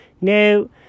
No